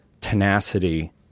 tenacity